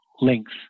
length